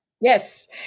Yes